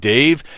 Dave